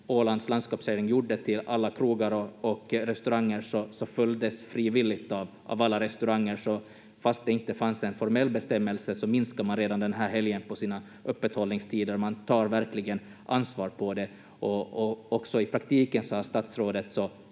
Ålands landskapsregering gjorde till alla krogar och restauranger följdes frivilligt av alla restauranger, så fastän det inte fanns en formell bestämmelse minskade man redan den här helgen på sina öppethållningstider — man tar verkligen ansvar för det. Också i praktiken har statsrådets